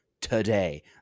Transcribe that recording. today